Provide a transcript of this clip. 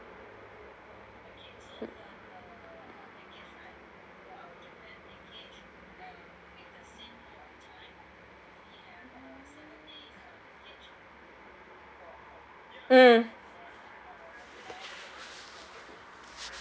mm